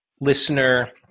listener